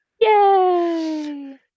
Yay